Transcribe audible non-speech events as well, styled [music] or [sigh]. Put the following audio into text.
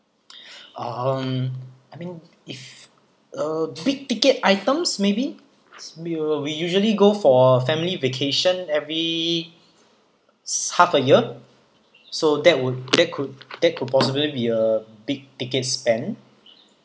[breath] um I mean if uh big ticket items maybe we will we usually go for family vacation every s~ half a year so that would that could that could possibly be a big ticket spend